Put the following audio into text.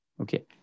Okay